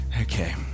Okay